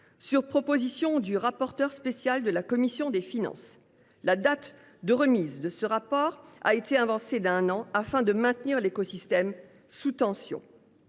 Sur proposition du rapporteur de la commission des finances, la date de remise de ce rapport a été avancée d’un an afin de maintenir l’écosystème sous tension.